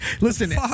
listen